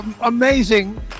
Amazing